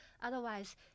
Otherwise